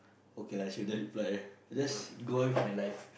okay lah shouldn't reply just go on with my life